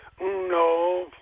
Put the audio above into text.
No